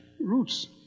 roots